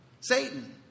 Satan